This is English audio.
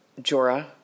Jorah